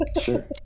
Sure